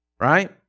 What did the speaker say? right